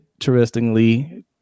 Interestingly